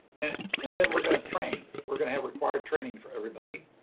and then we're going to train. we're going to have required training for everybody.